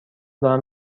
دارم